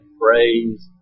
phrase